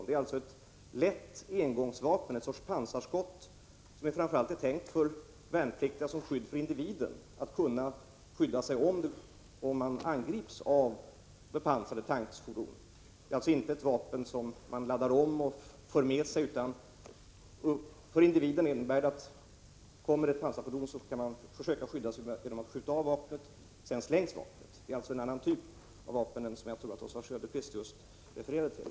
Det är ett lätt engångsvapen, ett slags pansarskott, som framför allt är tänkt för värnpliktiga som skydd för individen. De skall kunna skydda sig om de angrips av bepansrade fordon. Det är inte ett vapen som man laddar om och för med sig. För individen innebär det att man försöker skydda sig om ett pansarfordon dyker upp genom att skjuta av vapnet och sedan slänga det. Det är alltså en annan typ av vapen än det jag tror Oswald Söderqvist refererade till.